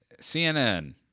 CNN